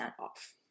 off